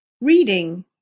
Reading